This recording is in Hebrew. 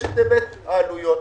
יש היבט העלויות.